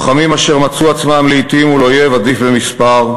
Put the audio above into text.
לוחמים אשר מצאו את עצמם לעתים מול אויב עדיף במספר,